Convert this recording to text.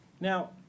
Now